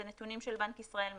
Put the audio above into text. זה נתונים של בנק ישראל מ-2020,